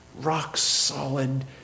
rock-solid